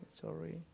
Sorry